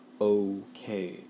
Okay